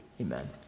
amen